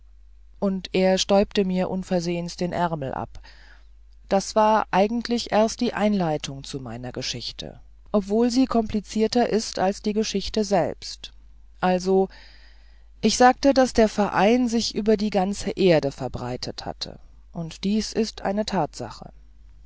und er stäubte mir unversehens den ärmel ab das war eigentlich erst die einleitung zu meiner geschichte obwohl sie komplizierter ist als die geschichte selbst also ich sagte daß der verein sich über die ganze erde verbreitet hatte und dieses ist tatsache